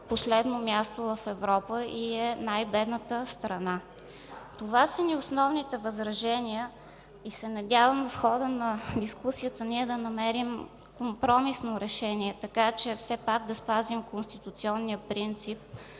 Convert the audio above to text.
последно място в Европа и е най-бедната страна. Това са основните ни възражения и се надявам в хода на дискусията ние да намерим компромисно решение, така че все пак да спазим конституционния принцип,